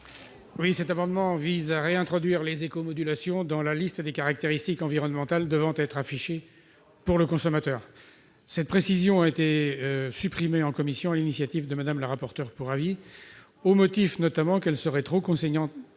Cet amendement vise à réintroduire les éco-modulations dans la liste des caractéristiques environnementales devant être affichées pour le consommateur. Cette précision a été supprimée en commission sur l'initiative de Mme la rapporteure pour avis, au motif notamment qu'elle serait trop contraignante